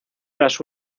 las